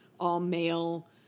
all-male